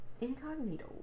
Incognito